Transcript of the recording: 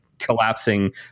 collapsing